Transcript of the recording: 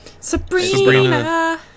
Sabrina